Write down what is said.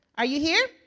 are you here?